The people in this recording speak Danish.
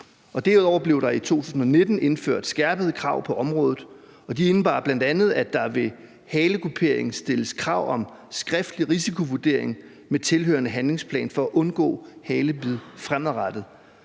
Derudover blev der i 2019 indført skærpede krav på området, og de indebar bl.a., at der ved halekupering stilles krav om skriftlig risikovurdering med tilhørende handlingsplan for at undgå halebid fremadrettet.